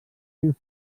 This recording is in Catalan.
rius